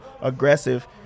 aggressive